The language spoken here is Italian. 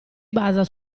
basa